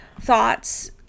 thoughts